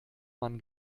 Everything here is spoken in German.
mann